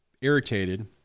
irritated